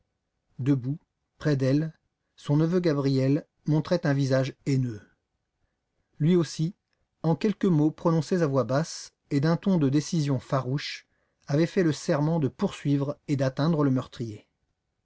debout près d'elle son neveu gabriel montrait un visage haineux lui aussi en quelques mots prononcés à voix basse et d'un ton de décision farouche avait fait le serment de poursuivre et d'atteindre le meurtrier